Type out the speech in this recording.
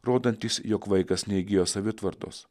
rodantys jog vaikas neįgijo savitvardos